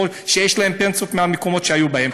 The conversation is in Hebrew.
או שיש להם פנסיות מהמקומות שהם היו בהם.